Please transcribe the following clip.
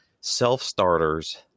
self-starters